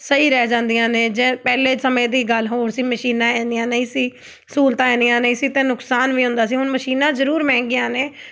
ਸਹੀ ਰਹਿ ਜਾਂਦੀਆਂ ਨੇ ਜੇ ਪਹਿਲੇ ਸਮੇਂ ਦੀ ਗੱਲ ਹੋਰ ਸੀ ਮਸ਼ੀਨਾਂ ਇੰਨੀਆਂ ਨਹੀਂ ਸੀ ਸਹੂਲਤਾਂ ਇੰਨੀਆਂ ਨਹੀਂ ਸੀ ਅਤੇ ਨੁਕਸਾਨ ਵੀ ਹੁੰਦਾ ਸੀ ਹੁਣ ਮਸ਼ੀਨਾਂ ਜ਼ਰੂਰ ਮਹਿੰਗੀਆਂ ਨੇ